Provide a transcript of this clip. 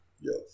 Yes